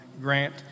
grant